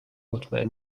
مطمئن